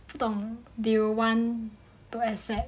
不懂 they'll want to accept